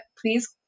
please